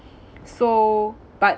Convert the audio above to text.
so but